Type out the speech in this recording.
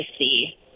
see